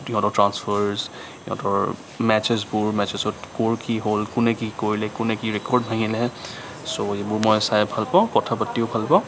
সিহঁতৰ ট্ৰাঞ্চফাৰ্ছচ সিহঁতৰ মেটছেছবোৰ মেটছেচ ক'ৰ কি হ'ল কোনে কি কৰিলে কোনে কি ৰেকৰ্ড ভাঙিলে চ' এইবোৰ মই চাই ভাল পাওঁ কথা পাতিও ভাল পাওঁ